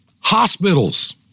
hospitals